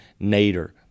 Nader